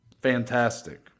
fantastic